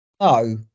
No